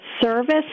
service